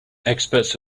experts